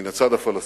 מן הצד הפלסטיני